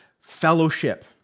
fellowship